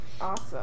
awesome